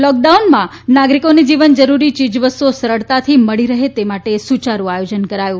લોકડાઉનમાં નાગરીકોનાજીવન રૂરી ચી વસ્તુઓ સરળતાથી મળી રહે તામાટે સુચારૃ આયો ન કરાયું